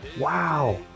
Wow